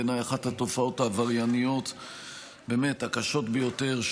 בעיניי אחת התופעות העברייניות הקשות ביותר,